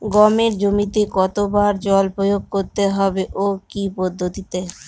গমের জমিতে কতো বার জল প্রয়োগ করতে হবে ও কি পদ্ধতিতে?